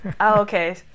okay